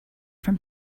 from